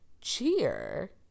Cheer